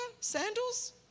sandals